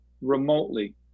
remotely